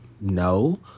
No